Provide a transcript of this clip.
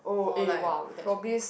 or like probably